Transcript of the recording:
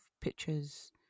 pictures